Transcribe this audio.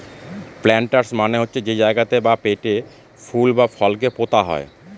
planters মানে হচ্ছে যে জায়গাতে বা পটে ফুল বা ফলকে পোতা হয়